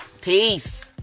Peace